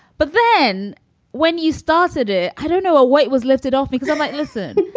but then when you started it, i don't know, a weight was lifted off because i might listen.